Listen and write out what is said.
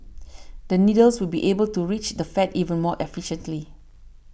the needles will be able to reach the fat even more efficiently